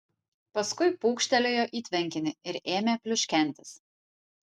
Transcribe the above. paskui pūkštelėjo į tvenkinį ir ėmė pliuškentis